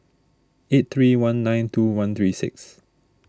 eight three one nine two one three six